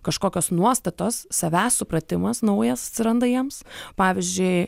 kažkokios nuostatos savęs supratimas naujas atsiranda jiems pavyzdžiui